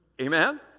amen